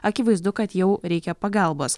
akivaizdu kad jau reikia pagalbos